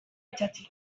itsatsi